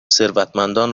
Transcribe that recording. ثروتمندان